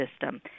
system